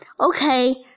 Okay